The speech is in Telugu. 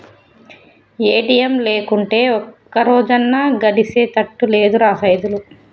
ఏ.టి.ఎమ్ లేకుంటే ఒక్కరోజన్నా గడిసెతట్టు లేదురా సైదులు